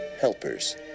helpers